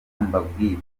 mbabwire